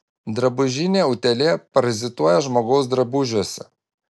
drabužinė utėlė parazituoja žmogaus drabužiuose